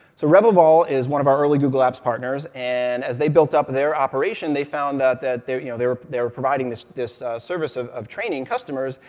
so revevol is one of our early google apps partners, and as they built up their operation, they found that that you know they were they were providing this this service of of training customers,